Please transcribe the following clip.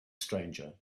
stranger